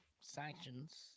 sanctions